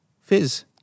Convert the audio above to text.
Fizz